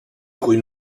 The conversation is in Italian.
coi